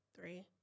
three